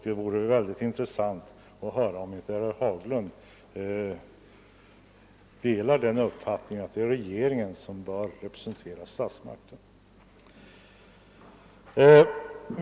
Det vore intressant att höra, om inte herr Haglund delar uppfattningen att regeringen bör representera statsmakten.